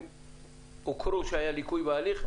הוכר שהיה ליקוי בהליך.